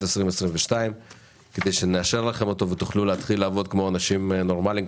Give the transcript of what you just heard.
2022 כדי שנאשר לכם אותו ותוכלו להתחיל לעבוד כמו אנשים נורמליים,